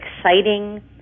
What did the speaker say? exciting